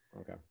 Okay